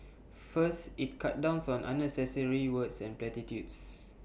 first IT cuts downs on unnecessary words and platitudes